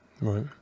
Right